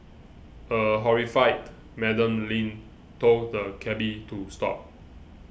a horrified Madam Lin told the cabby to stop